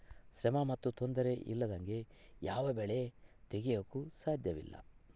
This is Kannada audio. ಶ್ರಮ ಮತ್ತು ತೊಂದರೆ ಇಲ್ಲದಂಗೆ ಯಾವ ಬೆಳೆ ತೆಗೆಯಾಕೂ ಸಾಧ್ಯಇಲ್ಲ